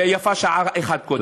ויפה שעה אחת קודם.